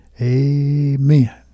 amen